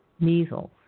Measles